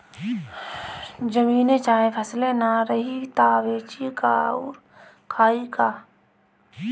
जमीने चाहे फसले ना रही त बेची का अउर खाई का